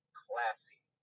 classy